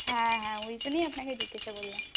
হ্যাঁ হ্যাঁ ওইজন্যেই আপনাকে জিজ্ঞাসা করলাম